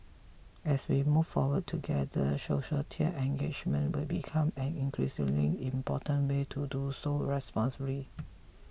as we move forward together societal engagement will become an increasingly important way to do so responsibly